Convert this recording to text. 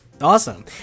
Awesome